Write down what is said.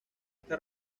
esta